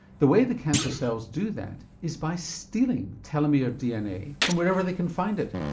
the way the cancer cells do that is by stealing telomere dna from wherever they can find it,